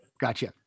Gotcha